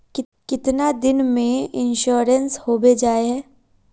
कीतना दिन में इंश्योरेंस होबे जाए है?